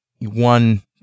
one